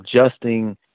adjusting